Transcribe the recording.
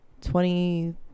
twenty